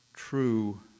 True